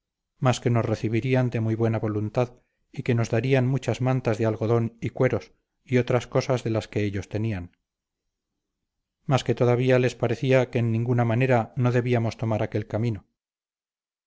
mas que nos recibirían de muy buena voluntad y que nos darían muchas mantas de algodón y cueros y otras cosas de las que ellos tenían mas que todavía les parecía que en ninguna manera no debíamos tomar aquel camino